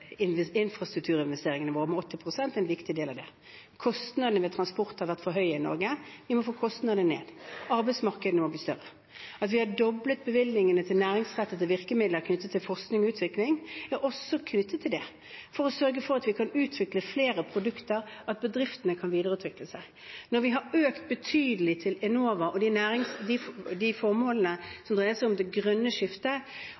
løftet infrastrukturinvesteringene våre med 80 pst., er en viktig del av det. Kostnadene ved transport har vært for høye i Norge. Vi må få kostnadene ned. Arbeidsmarkedene må bli større. At vi har doblet bevilgningene til næringsrettede virkemidler knyttet til forskning og utvikling, er også knyttet til at vi kan utvikle flere produkter, at bedriftene kan videreutvikle seg. Når vi har økt betydelig til Enova og de formålene som dreier seg om det grønne skiftet, og sørget for å finansiere mange av de